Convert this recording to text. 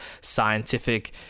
scientific